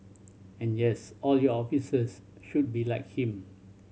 and yes all your officers should be like him